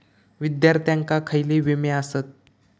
विद्यार्थ्यांका खयले विमे आसत?